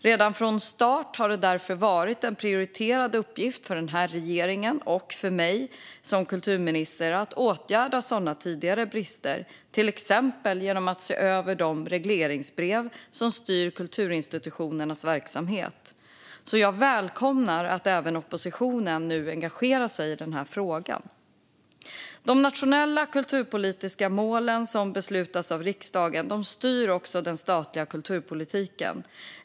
Redan från start har det därför varit en prioriterad uppgift för regeringen och för mig som kulturminister att åtgärda sådana tidigare brister, till exempel genom att se över de regleringsbrev som styr kulturinstitutionernas verksamhet. Jag välkomnar att även oppositionen nu engagerar sig i denna fråga. De nationella kulturpolitiska målen, som beslutats av riksdagen, styr den statliga kulturpolitiken.